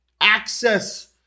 access